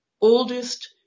oldest